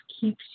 keeps